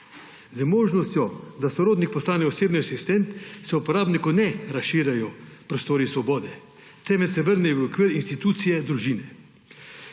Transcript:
Z možnostjo, da sorodnik postane osebni asistent, se uporabniku ne razširjajo prostori svobode, temveč se vrnejo v okvir institucije družine.